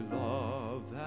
love